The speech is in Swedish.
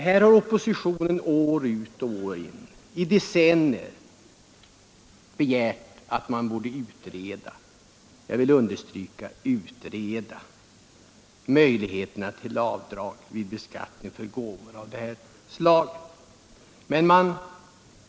Här har oppositionen år ut och år in, i decennier, begärt en utredning — jag vill understryka utredning — av möjligheterna till avdrag vid beskattning för gåvor av det här slaget.